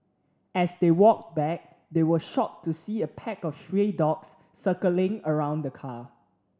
as they walked back they were shocked to see a pack of stray dogs circling around the car